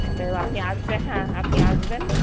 আপনি আসবেন হ্যাঁ আপনি আসবেন